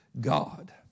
God